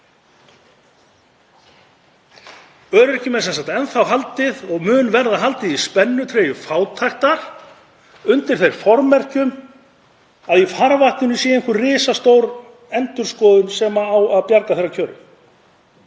Öryrkjum er sem sagt enn þá haldið og mun verða haldið í spennitreyju fátæktar undir þeim formerkjum að í farvatninu sé einhver risastór endurskoðun sem á að bjarga kjörum